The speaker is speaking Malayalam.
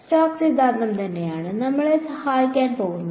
സ്റ്റോക്സ് സിദ്ധാന്തമാണ് നമ്മെ സഹായിക്കാൻ പോകുന്നത്